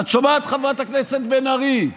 את שומעת, חברת הכנסת בן ארי?